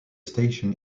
station